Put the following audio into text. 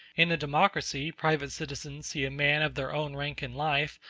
in a democracy private citizens see a man of their own rank in life,